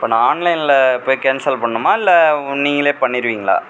இப்போ நான் ஆன்லைனில் போய் கேன்சல் பண்ணணுமா இல்லை நீங்களே பண்ணிடுவீங்களா